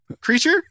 creature